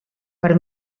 per